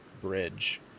bridge